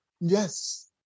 Yes